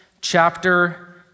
chapter